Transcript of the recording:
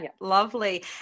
lovely